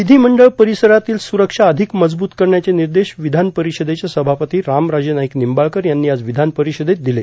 विधिमंडळ परिसरातील सुरक्षा अधिक मजबुत करण्याचे निर्देश विधान परिषदेचे सभापती रामराजे नाईक निंबाळकर यांनी आज विधान परिषदेत दिले